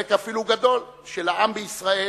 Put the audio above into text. אפילו חלק גדול, של העם בישראל,